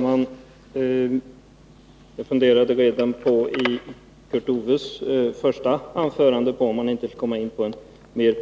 Fru talman! Redan under Kurt Ove Johanssons första anförande funderade jag över om han inte skulle komma med några mer